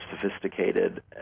sophisticated